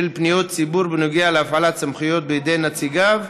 פניות ציבור בנוגע להפעלת סמכויות בידי נציגיו,